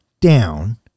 down